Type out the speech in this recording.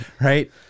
Right